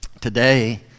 Today